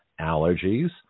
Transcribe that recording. allergies